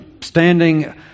Standing